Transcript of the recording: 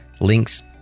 links